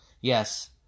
Yes